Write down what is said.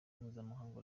mpuzamahanga